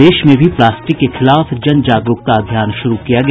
प्रदेश में भी प्लास्टिक के खिलाफ जन जागरूकता अभियान शुरू किया गया